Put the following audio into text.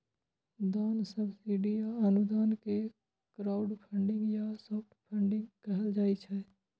दान, सब्सिडी आ अनुदान कें क्राउडफंडिंग या सॉफ्ट फंडिग कहल जाइ छै